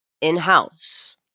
in-house